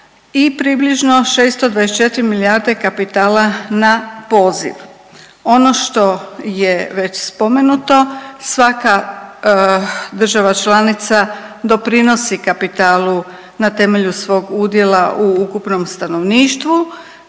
i približno 624 milijarde kapitala na poziv. Ono što je već spomenuto svaka država članica doprinosi kapitalu na temelju svog udjela u ukupnom stanovništvu